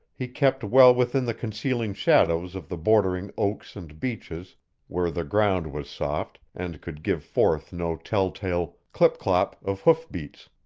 he kept well within the concealing shadows of the bordering oaks and beeches where the ground was soft and could give forth no telltale clip-clop of hoofbeats.